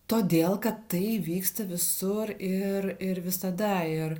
todėl kad tai vyksta visur ir ir visada ir